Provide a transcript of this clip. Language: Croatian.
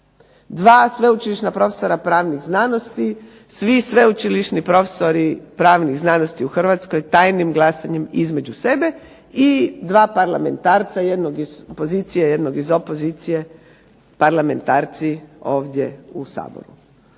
2 sveučilišna profesora pravnih znanosti, svi sveučilišni profesori pravnih znanosti u Hrvatskoj tajnim glasanjem između sebe i 2 parlamentarca, jednog iz pozicije, jednog iz opozicije, parlamentarci ovdje u Saboru.